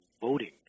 voting